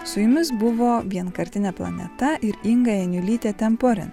su jumis buvo vienkartinė planeta ir inga janiulytė temporin